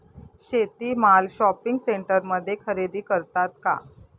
शेती माल शॉपिंग सेंटरमध्ये खरेदी करतात का?